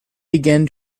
began